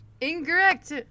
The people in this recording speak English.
Incorrect